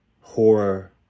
horror